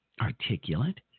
articulate